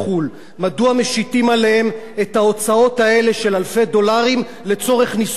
מדוע משיתים עליהם את ההוצאות האלה של אלפי דולרים לצורך נישואים בחו"ל?